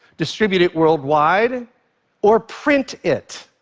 distribute it worldwide or print it.